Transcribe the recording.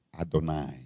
Adonai